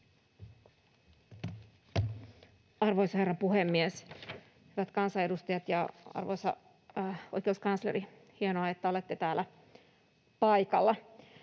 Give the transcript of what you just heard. Arvoisa herra puhemies! Hyvät kansanedustajat ja arvoisa oikeuskansleri — hienoa, että olette täällä paikalla!